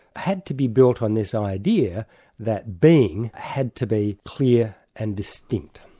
had to be built on this idea that being had to be clear and distinct.